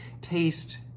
Taste